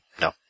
No